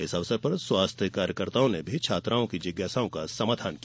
इस अवसर पर स्वास्थ्य कार्यकर्ताओं ने छात्राओं की जिज्ञासाओं का समाधान किया